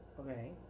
Okay